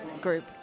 group